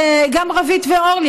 רווית ואורלי,